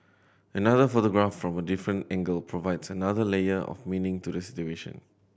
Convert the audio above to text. another photograph from a different angle provides another layer of meaning to the situation